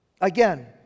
Again